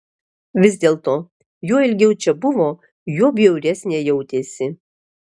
vis dėlto juo ilgiau čia buvo juo bjauresnė jautėsi